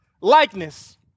likeness